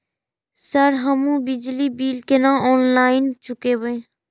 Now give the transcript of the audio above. Sir हमू बिजली bill केना ऑनलाईन चुकेबे?